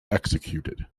executed